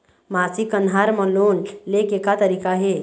मासिक कन्हार म लोन ले के का तरीका हे?